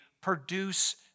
produce